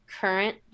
current